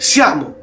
Siamo